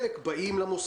ח', במקום.